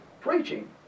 preaching